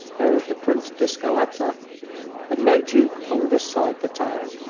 there is the prince di scaletta but no duke on this side the town.